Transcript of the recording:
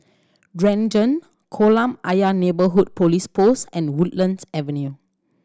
Renjong Kolam Ayer Neighbourhood Police Post and Woodlands Avenue